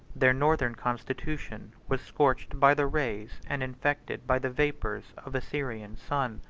their northern constitution was scorched by the rays, and infected by the vapors, of a syrian sun.